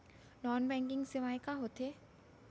non banking सेवाएं का होथे